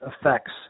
effects